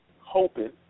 hoping